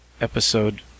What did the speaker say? Episode